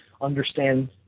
understand